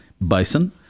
bison